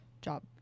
Job